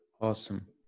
Awesome